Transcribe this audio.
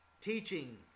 teaching